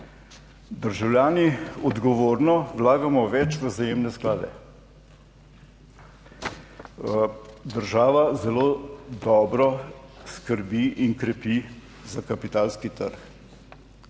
Državljani odgovorno vlagamo več v vzajemne sklade. Država zelo dobro skrbi in krepi kapitalski trg,